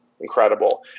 incredible